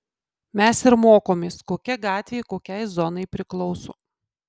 mes ir mokomės kokia gatvė kokiai zonai priklauso